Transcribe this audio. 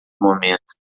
momento